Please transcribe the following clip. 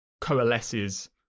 coalesces